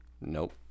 Nope